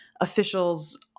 officials